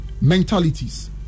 mentalities